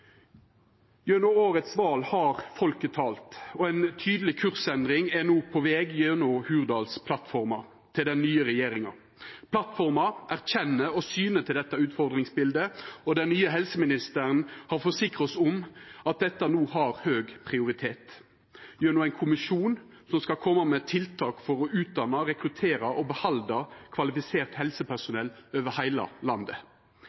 Gjennom årets val har folket talt, og ei tydeleg kursendring er no på veg gjennom Hurdalsplattforma til den nye regjeringa. Plattforma erkjenner og syner til dette utfordringsbildet, og den nye helseministeren har forsikra oss om at dette no har høg prioritet – gjennom ein kommisjon som skal koma med tiltak for å utdanna, rekruttera og behalda kvalifisert helsepersonell over heile landet.